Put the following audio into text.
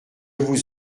vous